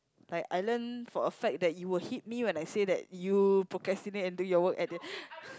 like I learned for a fact that you will hit me when I say that you procrastinate and do your work and then